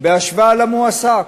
בהשוואה למועסק.